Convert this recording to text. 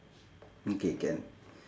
okay can